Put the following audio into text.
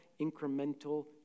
incremental